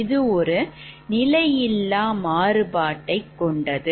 இது ஒரு நிலையில்லா மாறுபாட்டை கொண்டது